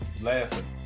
laughing